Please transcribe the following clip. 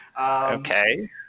Okay